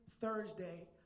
Thursday